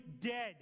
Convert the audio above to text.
dead